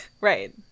Right